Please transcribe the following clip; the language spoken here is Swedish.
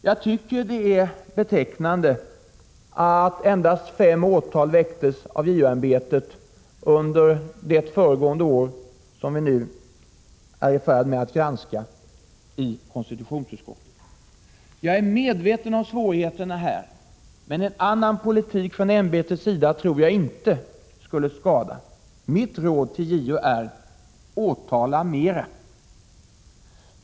Jag tycker det är betecknande att endast fem åtal väcktes av JO-ämbetet under det föregående år som vi nu är i färd med att granska i konstitutionsutskottet. Jag är medveten om svårigheterna här, men en annan politik från ämbetets sida tror jag inte skulle skada. Mitt råd till JO är: Åtala mera!